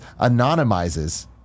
anonymizes